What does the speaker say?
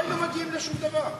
לא היינו מגיעים לשום דבר.